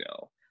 go